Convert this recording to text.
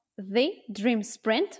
thedreamsprint